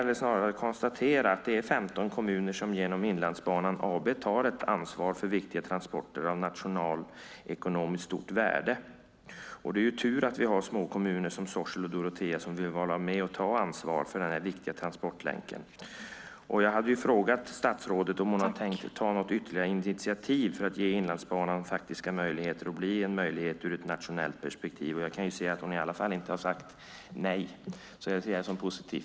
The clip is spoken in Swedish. Man kan konstatera att det är 15 kommuner som genom Inlandsbanan AB tar ett ansvar för viktiga transporter av nationalekonomiskt stort värde. Det är tur att vi har småkommuner som Sorsele och Dorotea som vill vara med och ta ansvar för den här viktiga transportlänken. Jag hade frågat statsrådet om hon tänkt ta något ytterligare initiativ för att ge Inlandsbanan faktiska möjligheter att bli en möjlighet ur ett nationellt perspektiv. Jag kan se att hon i alla fall inte har sagt nej, och det ser jag som positivt.